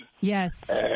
Yes